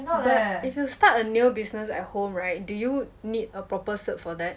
!wah! but if you start a new business at home right do you need a proper cert for that